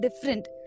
different